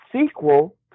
sequel